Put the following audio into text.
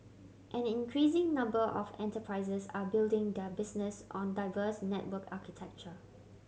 an increasing number of enterprises are building their business on diverse network architecture